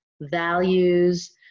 values